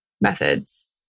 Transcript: methods